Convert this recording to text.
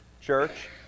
Church